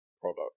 product